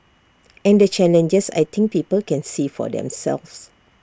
and the challenges I think people can see for themselves